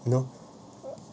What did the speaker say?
you know